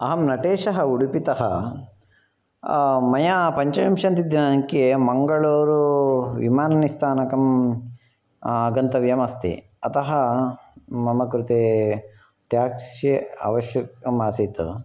अहं नटेशः उडुपितः मया पञ्चविंशति दिनाङ्के मङ्गलूरु विमानस्थानकं गन्तव्यमस्ति अतः मम कृते टेक्सि आवश्यकमासीत्